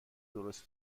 درست